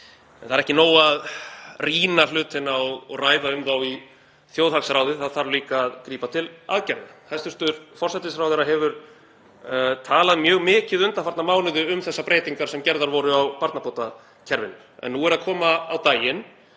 En það er ekki nóg að rýna hlutina og ræða um þá í þjóðhagsráði, það þarf líka að grípa til aðgerða. Hæstv. forsætisráðherra hefur talað mjög mikið undanfarna mánuði um þessar breytingar sem gerðar voru á barnabótakerfinu en nú er að koma á daginn,